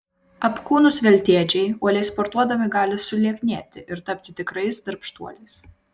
apkūnūs veltėdžiai uoliai sportuodami gali sulieknėti ir tapti tikrais darbštuoliais